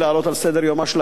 על סדר-יומה של הכנסת,